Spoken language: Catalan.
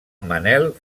manel